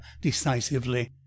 decisively